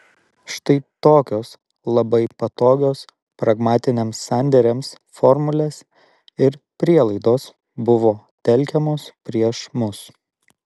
štai tokios labai patogios pragmatiniams sandėriams formulės ir prielaidos buvo telkiamos prieš mus